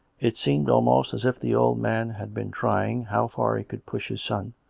it seemed almost as if the old man had been trying how far he could push his son,